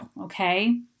Okay